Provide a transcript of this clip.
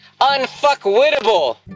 Unfuckwittable